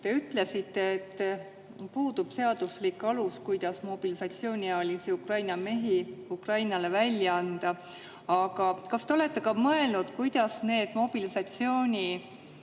Te ütlesite, et puudub seaduslik alus mobilisatsiooniealisi Ukraina mehi Ukrainale välja anda. Aga kas te olete ka mõelnud, kuidas need mobilisatsiooniealised